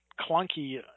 clunky